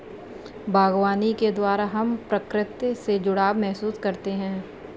बागवानी के द्वारा हम प्रकृति से जुड़ाव महसूस करते हैं